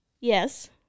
Yes